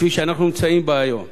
כפי שאנחנו נמצאים בה היום.